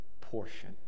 portion